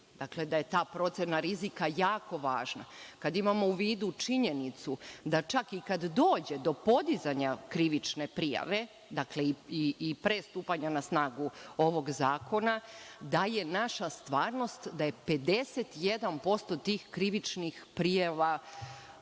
u vidu da je ta procena rizika jako važna, kada imamo u vidu činjenicu da čak i kada dođe do podizanja krivične prijave, dakle i pre stupanja na snagu ovog zakona, da je naša stvarnost da je 51% tih krivičnih prijava